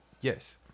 yes